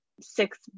six